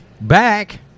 back